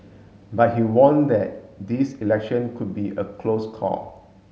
but he warned that this election could be a close call